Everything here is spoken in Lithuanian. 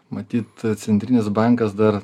matyt centrinis bankas dar